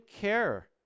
care